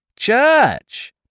Church